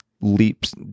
leaps